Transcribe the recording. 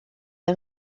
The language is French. les